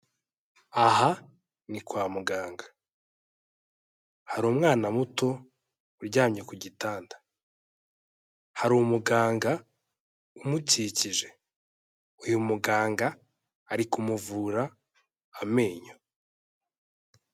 Aha ni kwa muganga. Hari umwana muto uryamye ku gitanda. Hari umuganga umukikije. Uyu muganga ari kumuvura amenyo.